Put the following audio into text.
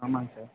ஆமாங்க சார்